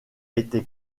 été